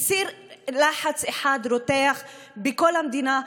היא סיר לחץ אחד רותח בכל המדינה,